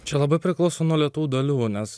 čia labai priklauso nuo lėtų dalių nes